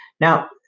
Now